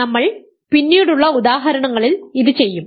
നമ്മൾ പിന്നീടുള്ള ഉദാഹരണങ്ങളിൽ ഇത് ചെയ്യും